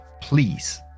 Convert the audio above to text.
please